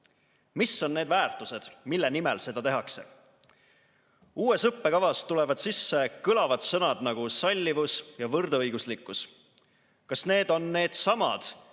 Mis on need väärtused, mille nimel seda tehakse? Uues õppekavas tulevad sisse kõlavad sõnad, nagu "sallivus" ja "võrdõiguslikkus". Kas need on needsamad,